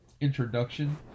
...introduction